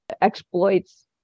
Exploits